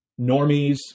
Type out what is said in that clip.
normies